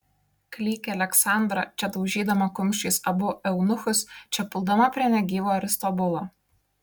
klykė aleksandra čia daužydama kumščiais abu eunuchus čia puldama prie negyvo aristobulo